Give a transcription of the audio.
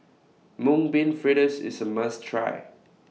Mung Bean Fritters IS A must Try